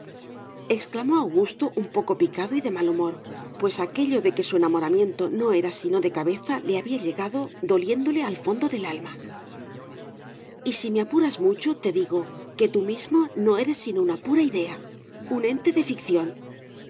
exclamó augusto un poco picado y de mal humor pues aquello de que su enamoramiento no era sino de cabeza le había llegado doliéndole al fondo del alma y si me apuras mucho te digo que tú mismo no eres sino una pura idea un ente de ficción